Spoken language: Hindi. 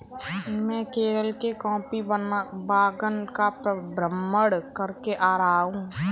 मैं केरल के कॉफी बागान का भ्रमण करके आ रहा हूं